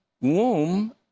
womb